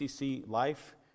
Life